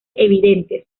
evidentes